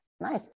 Nice